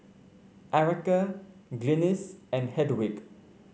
Erika Glynis and Hedwig